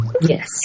Yes